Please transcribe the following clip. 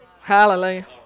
Hallelujah